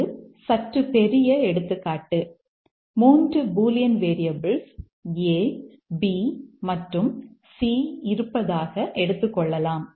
இது சற்று பெரிய எடுத்துக்காட்டு 3 பூலியன் வேரியபிள்ஸ் A B மற்றும் C இருப்பதாக எடுத்துக் கொள்ளலாம்